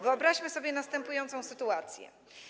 Wyobraźmy sobie następującą sytuację.